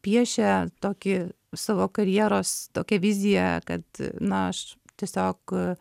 piešia tokį savo karjeros tokią viziją kad na aš tiesiog